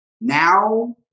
Now